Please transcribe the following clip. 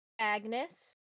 Agnes